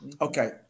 Okay